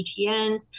ETNs